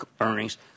earnings